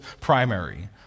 primary